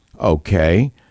Okay